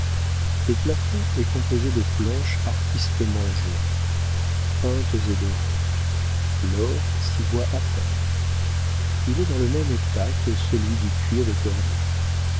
le plafond est composé de planches artistement jointes peintes et dorées l'or s'y voit à peine il est dans le même état que celui du cuir de cordoue